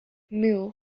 muir